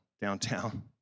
downtown